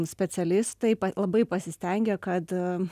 specialistai pa labai pasistengė kad